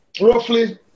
roughly